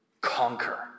conquer